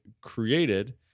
created